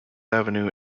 avenue